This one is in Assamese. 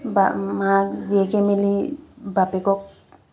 বা মাক জীয়েকে মিলি বাপেকক